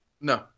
No